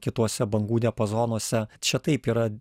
kituose bangų diapazonuose čia taip yra